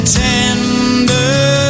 tender